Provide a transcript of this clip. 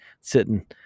sitting